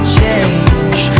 change